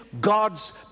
God's